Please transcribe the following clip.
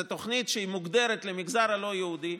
זאת תוכנית שהיא מוגדרת למגזר הלא-יהודי.